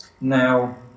Now